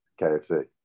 KFC